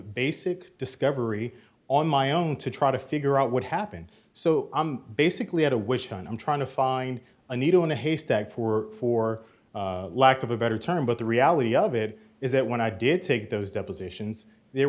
basic discovery on my own to try to figure out what happened so i'm basically at a wish on trying to find a needle in a haystack for for lack of a better term but the reality of it is that when i did take those depositions there